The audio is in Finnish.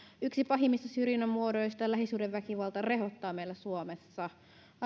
yksi pahimmista syrjinnän muodoista lähisuhdeväkivalta rehottaa meillä suomessa